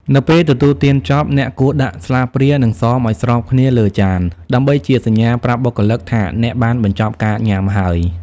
នៅពេលទទួលទានចប់ អ្នកគួរដាក់ស្លាបព្រា និងសមឱ្យស្របគ្នាលើចាន ដើម្បីជាសញ្ញាប្រាប់បុគ្គលិកថាអ្នកបានបញ្ចប់ការញ៉ាំហើយ។